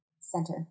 center